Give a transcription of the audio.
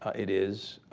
ah it is,